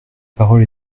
parole